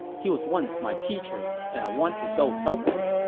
he was once my teacher, and i want to go help him.